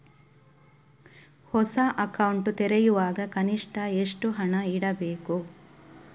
ಹೊಸ ಅಕೌಂಟ್ ತೆರೆಯುವಾಗ ಕನಿಷ್ಠ ಎಷ್ಟು ಹಣ ಇಡಬೇಕು?